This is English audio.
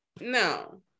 no